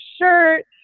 shirt